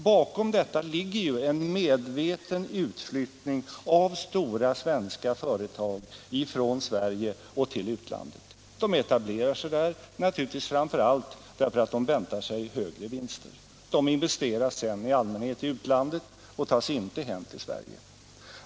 Bakom detta ligger en medveten utflyttning av stora svenska företag från Sverige till utlandet. De etablerar sig där naturligtvis framför allt därför att de väntar sig högre vinster. Dessa investeras sedan i allmänhet i utlandet och tas inte hem till Sverige.